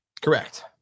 Correct